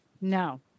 No